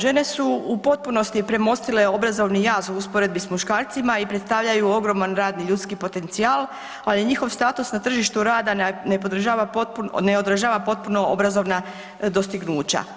Žene su u potpunosti premostile obrazovni jaz u usporedbi s muškarcima i predstavljaju radni ljudski potencijal, ali je njihov status na tržištu rada ne odražava potpuno obrazovna dostignuća.